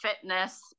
fitness